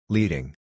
Leading